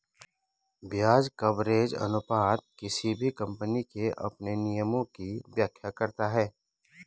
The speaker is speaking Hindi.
ब्याज कवरेज अनुपात किसी भी कम्पनी के अपने नियमों की व्याख्या है